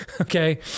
Okay